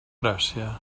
gràcia